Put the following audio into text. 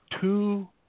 two